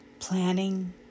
planning